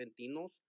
Argentinos